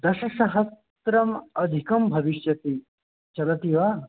दशसहस्रम् अधिकं भविष्यति चलति वा